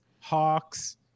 Hawks